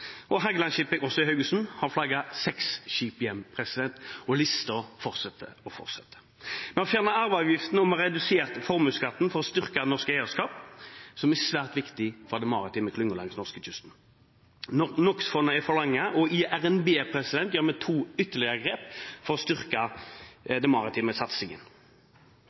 også i Haugesund, har flagget hjem seks skip, og listen fortsetter og fortsetter. Vi har fjernet arveavgiften, og vi reduserte formuesskatten for å styrke norsk eierskap, som er svært viktig for den maritime klyngen langs norskekysten. NOx-fondet er forlenget, og i RNB gjør vi ytterligere to grep for å styrke den maritime satsingen.